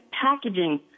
packaging